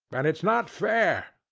and it's not fair.